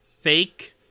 fake